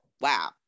wow